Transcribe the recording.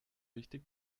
richtig